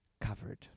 covered